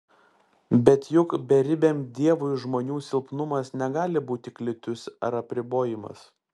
bet juk beribiam dievui žmonių silpnumas negali būti kliūtis ar apribojimas